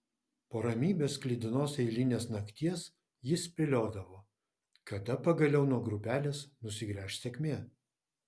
po ramybės sklidinos eilinės nakties jis spėliodavo kada pagaliau nuo grupelės nusigręš sėkmė